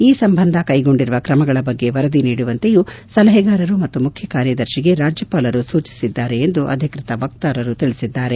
ಈ ಸಂಬಂಧ ಕೈಗೊಂಡಿರುವ ಕ್ರಮಗಳ ಬಗ್ಗೆ ವರದಿ ನೀಡುವಂತೆಯೂ ಸಲಹೆಗಾರರು ಮತ್ತು ಮುಖ್ಯಕಾರ್ಯದರ್ಶಿಗೆ ರಾಜ್ವಪಾಲರು ಸೂಚಿಸಿದ್ದಾರೆ ಎಂದು ಅಧಿಕೃತ ವಕ್ತಾರರು ತಿಳಿಸಿದ್ದಾರೆ